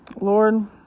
lord